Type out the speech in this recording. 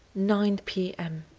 nine p m